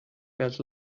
felt